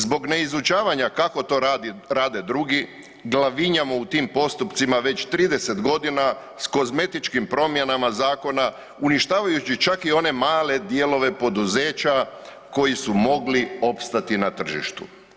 Zbog neizučavanja kako to rade drugi, glavinjamo u tim postupcima već 30 g. s kozmetičkim promjenama zakona uništavajući čak i one male dijelove poduzeća koji su mogli opstati na tržištu.